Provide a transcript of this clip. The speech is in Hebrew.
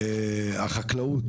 החקלאות,